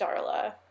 Darla